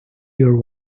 your